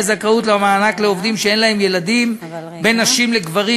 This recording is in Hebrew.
הזכאות למענק לעובדים שאין להם ילדים בין נשים לגברים,